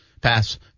pass